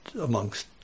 amongst